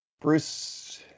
Bruce